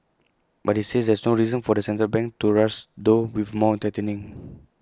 but IT says there's no reason for the central bank to rush though with more tightening